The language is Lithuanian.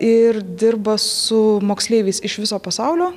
ir dirba su moksleiviais iš viso pasaulio